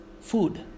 food